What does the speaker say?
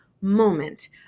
moment